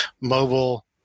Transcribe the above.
mobile